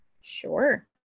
sure